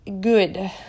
good